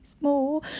more